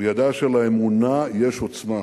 הוא ידע שלאמונה יש עוצמה.